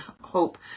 hope